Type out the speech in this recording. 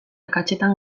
akatsetan